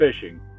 Fishing